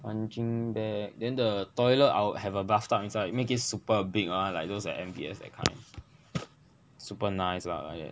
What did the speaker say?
punching bag then the toilet I would have a bathtub inside make it super big one like those at M_B_S that kind super nice lah like that